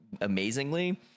amazingly